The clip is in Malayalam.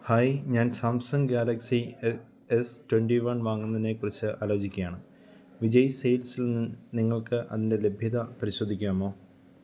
ഹായ് ഞാൻ Samsung Galaxy S twenty one വാങ്ങുന്നതിനെക്കുറിച്ച് ആലോചിക്കുകയാണ് വിജയ് സെയിൽസിൽ നിങ്ങൾക്ക് അതിൻ്റെ ലഭ്യത പരിശോധിക്കാമോ